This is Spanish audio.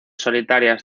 solitarias